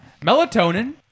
Melatonin